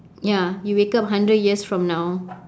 ya you wake up hundred years from now